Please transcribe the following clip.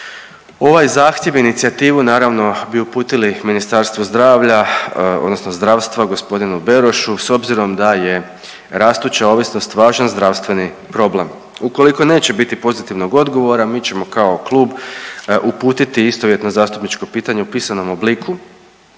Ovaj zahtjev, inicijativu naravno bi uputili Ministarstvu zdravlja, odnosno zdravstva gospodinu Berošu s obzirom da je rastuća ovisnost važan zdravstveni problem. Ukoliko neće biti pozitivnog odgovora mi ćemo kao klub uputiti istovjetno zastupničko pitanje u pisanom obliku,